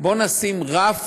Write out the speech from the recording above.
בואו נשים רף